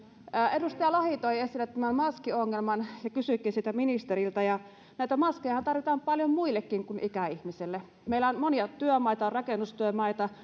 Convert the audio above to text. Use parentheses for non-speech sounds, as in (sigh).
edustaja lohi toi esille tämän maskiongelman ja kysyikin siitä ministeriltä näitä maskejahan tarvitaan paljon muillekin kuin ikäihmisille meillä on monia työtehtäviä on rakennustyömaita (unintelligible)